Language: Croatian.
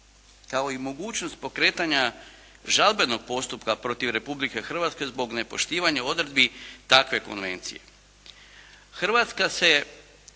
kao i mogućnost pokretanja žalbenog postupka protiv Republike Hrvatske zbog nepoštivanja odredbi takve konvencije. Hrvatska se